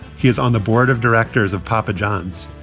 he is on the board of directors of papa john's.